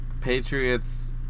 Patriots